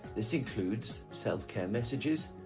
this includes self-care messages,